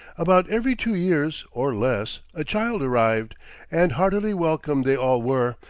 about every two years, or less, a child arrived and heartily welcome they all were,